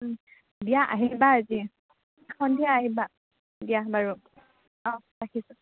দিয়া আহিবা এদিন সন্ধিয়া আহিবা দিয়া বাৰু অঁ ৰাখিছোঁ